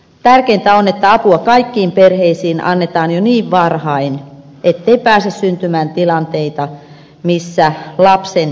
tärkeintä on että apua kaikkiin perheisiin annetaan jo niin varhain ettei pääse syntymään tilanteita joissa lapsen etu vaarantuu